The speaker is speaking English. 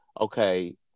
okay